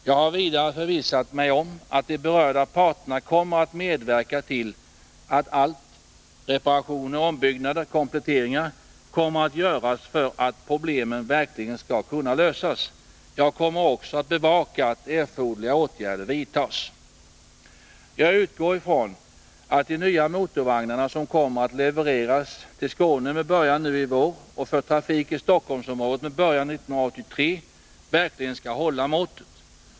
Jag har vidare förvissat mig om att de berörda parterna kommer att medverka till att allt — reparationer, ombyggnader, kompletteringar — görs för att problemen verkligen skall kunna lösas. Jag kommer också att bevaka att erforderliga åtgärder vidtas. Jag utgår från att de nya motorvagnarna, som kommer att levereras till Skåne med början nu i vår och för trafik i Stockholmsområdet med början år 1983, verkligen skall hålla måttet.